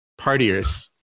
partiers